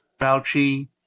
Fauci